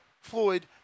Floyd